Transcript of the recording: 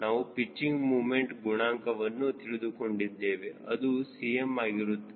ನಾವು pitching moment ಗುಣಾಂಕವನ್ನು ತಿಳಿದುಕೊಂಡಿದ್ದೇವೆ ಅದು Cm ಆಗಿರುತ್ತದೆ